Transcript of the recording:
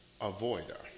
avoider